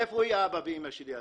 איפה אבא ואמא שלי?